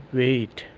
wait